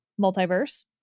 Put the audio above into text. multiverse